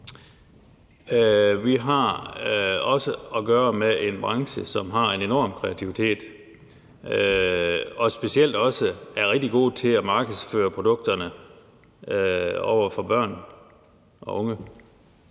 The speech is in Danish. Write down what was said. Vi har at gøre med en branche, som har en enorm kreativitet, og som specielt også er rigtig god til at markedsføre produkterne over for børn og unge